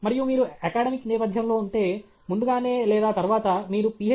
మరియు మీరు అకాడెమిక్ నేపధ్యంలో ఉంటే ముందుగానే లేదా తరువాత మీరు Ph